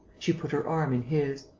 she put her arm in his.